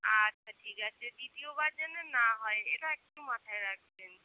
আচ্ছা ঠিক আছে দ্বিতীয় বার যেন না হয় এটা একটু মাথায় রাখবেন